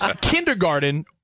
kindergarten